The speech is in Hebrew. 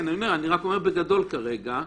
אני רק אומר בגדול כרגע.